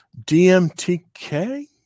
DMTK